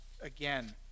again